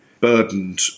burdened